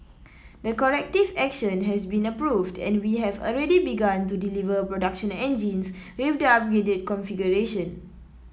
the corrective action has been approved and we have already begun to deliver production engines with the upgraded configuration